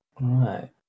right